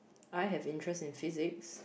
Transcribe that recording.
I have interest in physics